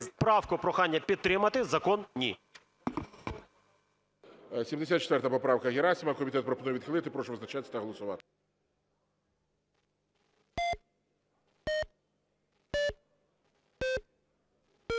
правку прохання підтримати, закон ні. ГОЛОВУЮЧИЙ. 74 поправка Герасимова. Комітет пропонує відхилити. Прошу визначатись та голосувати.